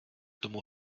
tomu